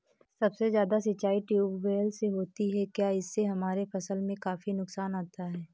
सबसे ज्यादा सिंचाई ट्यूबवेल से होती है क्या इससे हमारे फसल में काफी नुकसान आता है?